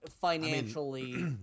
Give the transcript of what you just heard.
financially